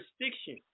jurisdiction